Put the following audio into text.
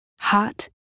hot